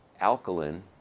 Alkaline